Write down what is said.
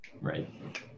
Right